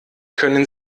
können